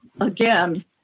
again